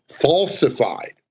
falsified